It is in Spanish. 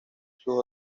sus